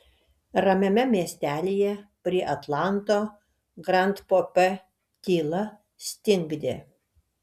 ramiame miestelyje prie atlanto grand pope tyla stingdė